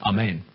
Amen